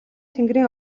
тэнгэрийн